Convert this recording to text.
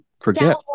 forget